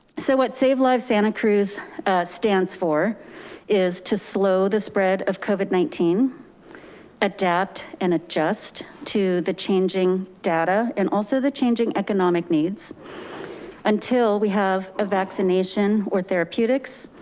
so what save lives santa cruz stands for is to slow the spread of covid nineteen adapt and adjust to the changing data and also the changing economic needs until we have a vaccination or therapeutics.